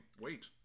Wait